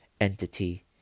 entity